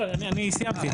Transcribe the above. אני סיימתי.